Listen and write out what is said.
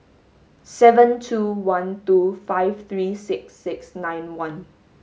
seven two one two five three six six nine one